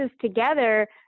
together